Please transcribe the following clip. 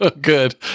Good